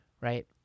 right